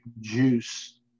juice